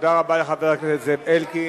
תודה רבה לחבר הכנסת זאב אלקין.